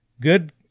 Good